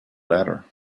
latter